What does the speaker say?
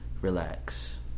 Relax